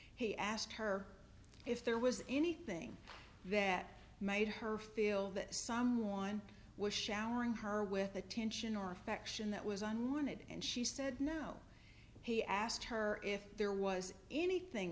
he asked her if there was anything that made her feel that someone was showering her with attention or affection that was unlimited and she said no he asked her if there was anything